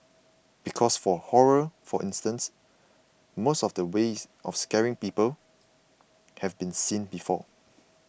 because for horror for instance most of the ways of scaring people have been seen before